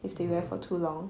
if they wear for too long